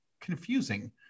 confusing